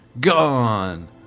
gone